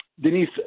Denise